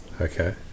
Okay